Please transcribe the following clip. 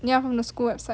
from the school website